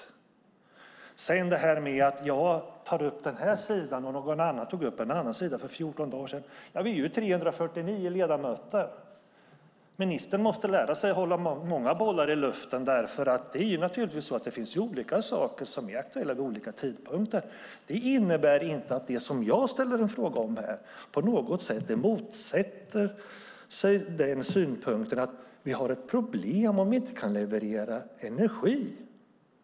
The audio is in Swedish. Sedan gäller det detta med att jag tar upp den här sidan och att någon annan tog upp en annan sida för 14 dagar sedan. Ja, vi är 349 ledamöter. Ministern måste lära sig att hålla många bollar i luften. Det är naturligtvis olika saker som är aktuella vid olika tidpunkter. Det innebär inte att det som jag ställer en fråga om på något sätt motsäger synpunkten att vi har ett problem om vi inte kan leverera energi.